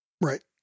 Right